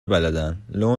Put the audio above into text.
بلدن، لو